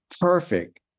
perfect